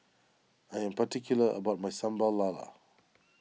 I am particular about my Sambal Lala